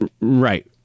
Right